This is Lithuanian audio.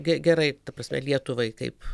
ge gerai ta prasme lietuvai kaip